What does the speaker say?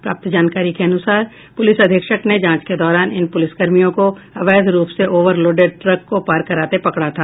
प्राप्त जानकारी के अनुसार पुलिस अधीक्षक ने जांच के दौरान इन पुलिसकर्मियों को अवैध रूप से ओवरलोडेड ट्रक को पार कराते पकड़ा था